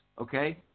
okay